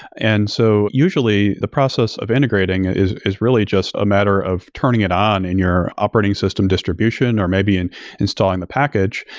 and so usually, the process of integrating is is really just a matter of turning it on in your operating system distribution, or maybe in installing the package.